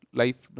life